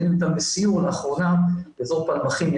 היינו איתם בסיור לאחרונה באזור פלמחים,